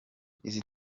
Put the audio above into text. izo